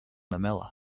lamellae